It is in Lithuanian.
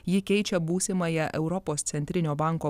ji keičia būsimąją europos centrinio banko